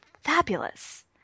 fabulous